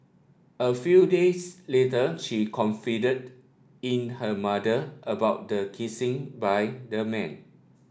a few days later she confided in her mother about the kissing by the man